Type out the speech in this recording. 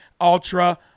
Ultra